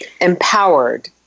empowered